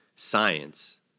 Science